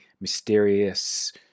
mysterious